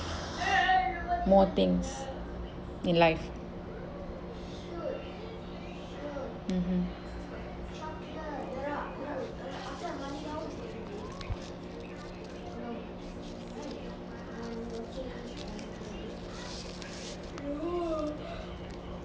more things in life mmhmm